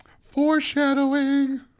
Foreshadowing